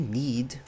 need